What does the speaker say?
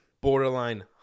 borderline